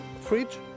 fridge